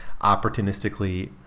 opportunistically